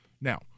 Now